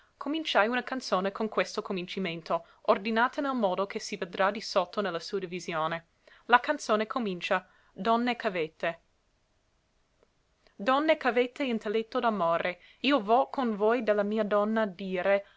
cominciai una canzone con questo cominciamento ordinata nel modo che si vedrà di sotto ne la sua divisione la canzone comincia donne ch'avete donne ch'avete intelletto d'amore i vo con voi de la mia donna dire